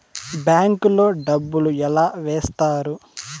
bank లో డబ్బులు ఎలా వేస్తారు